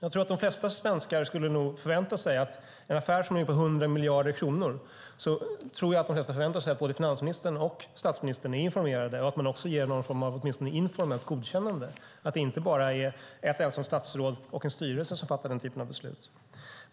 Jag tror att de flesta svenskar förväntar sig att i en affär på hundra miljarder kronor är både finansministern och statsministern informerade och ger någon form av åtminstone informellt godkännande, att det inte är bara ett ensamt statsråd och en styrelse som fattar den typen av beslut.